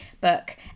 book